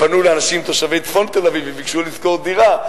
והן פנו לאנשים תושבי צפון תל-אביב וביקשו לשכור דירה.